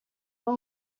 pas